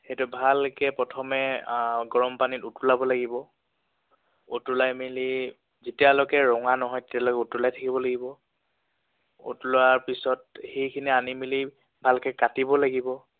সেইটো ভালকে প্ৰথমে গৰম পানীত উতলাব লাগিব উতলাই মেলি যেতিয়ালৈকে ৰঙা নহয় তেতিয়ালৈকে উতলাই থাকিব লাগিব উতলোৱাৰ পিছত সেইখিনি আনি মেলি ভালকৈ কাটিব লাগিব